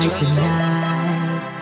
tonight